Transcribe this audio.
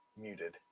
muted